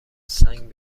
سنگ